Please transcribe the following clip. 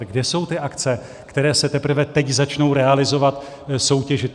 Kde jsou ty akce, které se teprve teď začnou realizovat, soutěžit?